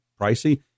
pricey